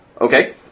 Okay